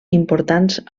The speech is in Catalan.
importants